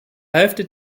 hälfte